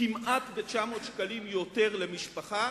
כמעט ב-900 שקלים יותר למשפחה,